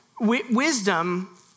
Wisdom